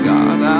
God